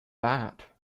that